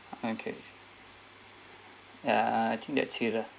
okay ya I think that's it lah